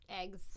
eggs